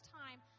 time